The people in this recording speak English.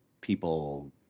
people